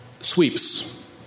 Sweeps